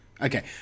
Okay